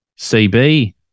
CB